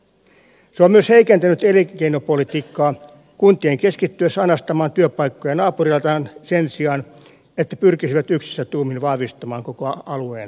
se on myös heikentänyt elinkeinopolitiikkaa kuntien keskittyessä anastamaan työpaikkoja naapureiltaan sen sijaan että pyrkisivät yksissä tuumin vahvistamaan koko alueen elinkeinoja